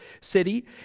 city